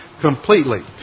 completely